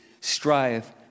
strive